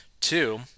Two